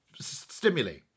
stimuli